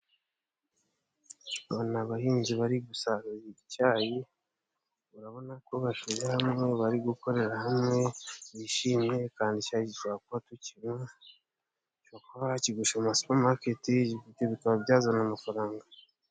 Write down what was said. Aba ni abahinzi bari gusarura icyayi urabonako bashyize hamwe bari gukorera hamwe bishimye, kandi icyayi bashobora kuba bakigurisha mu masupamaketi ibyo bikaba byazana amafaranga.